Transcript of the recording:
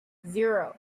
zero